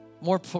more